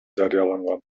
жарыяланган